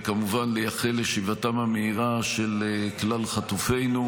וכמובן, לייחל לשיבתם המהירה של כלל חטופינו.